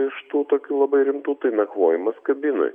iš tų tokių labai rimtų tai nakvojimas kabinoj